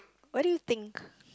why do you think